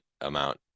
amount